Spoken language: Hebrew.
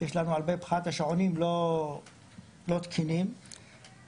יש לנו הרבה שעונים לא תקינים --- אתה